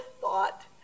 thought